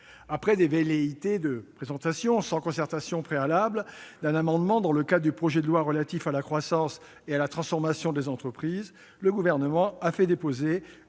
Après des velléités de présentation, sans concertation préalable, d'un amendement au titre du projet de loi relatif à la croissance et à la transformation des entreprises, ou projet de loi Pacte,